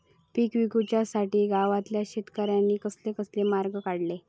पीक विकुच्यासाठी गावातल्या शेतकऱ्यांनी कसले कसले मार्ग काढले?